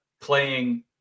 playing